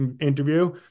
interview